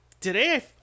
Today